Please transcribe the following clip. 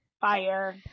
fire